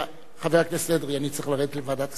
חבר הכנסת אדרי, אני צריך לרדת לוועדת כספים.